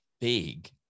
big